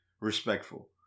respectful